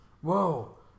Whoa